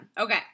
Okay